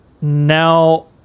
now